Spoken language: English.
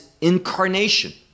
incarnation